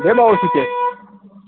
بیٚیہِ ما اوسوُ کیٚنٛہہ